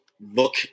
look